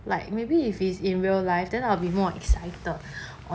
like maybe if it's in real life then I'll be more excited